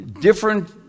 different